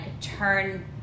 turn